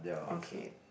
okay